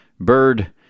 bird